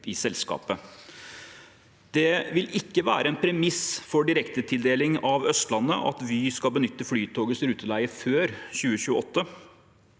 i selskapet. Det vil ikke være et premiss for direktetildeling av Østlandet at Vy skal benytte Flytogets ruteleie før 2028.